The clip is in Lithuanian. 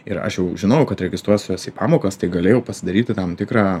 ir aš jau žinojau kad registruosiuos į pamokas tai galėjau pasidaryti tam tikrą